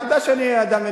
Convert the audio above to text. אתה יודע שאני אדם מנומס.